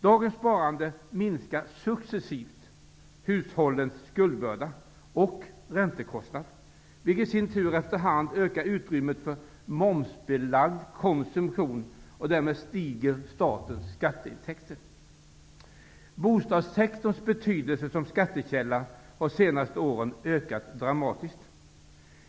Dagens sparande minskar successivt hushållens skuldbörda och räntekostnad, vilket i sin tur efter hand ökar utrymmet för momsbelagd konsumtion, varigenom statens skatteintäkter stiger. Bostadssektorns betydelse som skattekälla har de senaste åren ökat dramatiskt.